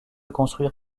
construire